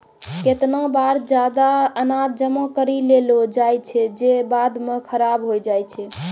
केतना बार जादा अनाज जमा करि लेलो जाय छै जे बाद म खराब होय जाय छै